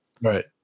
Right